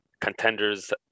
contenders